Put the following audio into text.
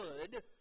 good